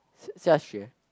Xiaxue